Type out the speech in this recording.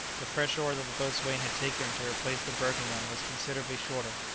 the fresh oar that the boatswain had taken to replace the broken one was considerably shorter,